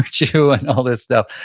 but you? and all this stuff,